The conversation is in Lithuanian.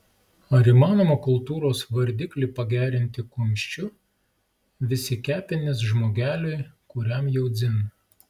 ar įmanoma kultūros vardiklį pagerinti kumščiu vis į kepenis žmogeliui kuriam jau dzin